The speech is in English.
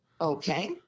Okay